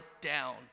down